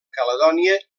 caledònia